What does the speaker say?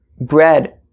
bread